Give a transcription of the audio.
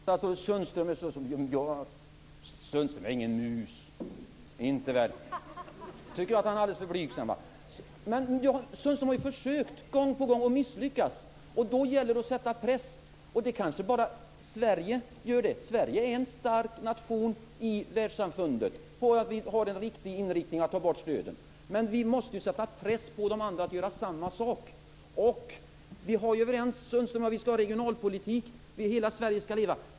Fru talman! Anders Sundström är ingen mus. Nu tycker jag att han är alldeles för blygsam. Anders Sundström har gång på gång försökt, men misslyckats. Därför gäller det att sätta press på de andra. Kanske är det bara Sverige som gör det, men Sverige är en stark nation i världssamfundet när det gäller att ha en riktig inriktning och att ta bort stöden. Men vi måste sätta press på de andra så att de gör samma sak. Anders Sundström och jag har varit överens om regionalpolitiken - hela Sverige skall leva.